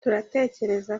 turatekereza